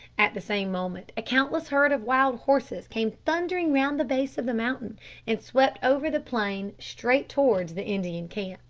at the same moment a countless herd of wild horses came thundering round the base of the mountain and swept over the plain straight towards the indian camp.